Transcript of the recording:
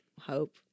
hope